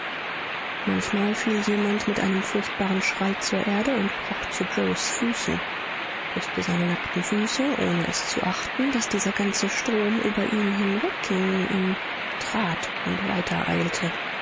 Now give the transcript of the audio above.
manchmal fiel jemand mit einem furchtbaren schrei zur erde und kroch zu yoes füßen küßte seine nackten füße ohne es zu achten daß dieser ganze strom über ihn hinwegging ihn trat und weitereilte